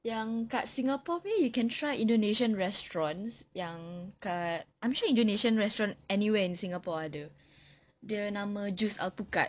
yang dekat singapore punya you can try indonesian restaurants yang dekat I'm sure indonesian restaurant anywhere in singapore ada dia nama jus alpukat